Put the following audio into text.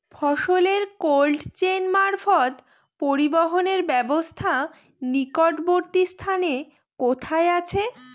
ফসলের cold chain মারফত পরিবহনের ব্যাবস্থা নিকটবর্তী স্থানে কোথায় আছে?